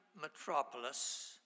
metropolis